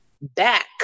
back